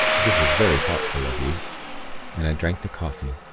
this is very thoughtful of you and i drank the coffee.